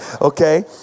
Okay